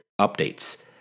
updates